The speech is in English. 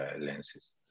lenses